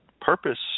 purpose